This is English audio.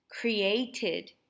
created